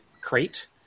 crate